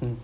mm